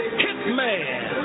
hitman